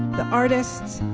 the artists.